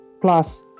plus